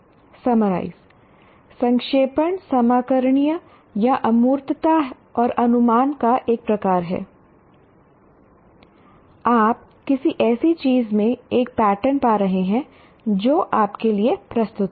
summarise संक्षेपण सामान्यीकरण या अमूर्तता और अनुमान का एक प्रकार है आप किसी ऐसी चीज़ में एक पैटर्न पा रहे हैं जो आपके लिए प्रस्तुत है